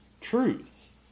truth